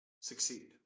succeed